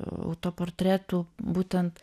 autoportretų būtent